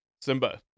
Simba